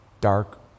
dark